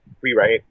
rewrite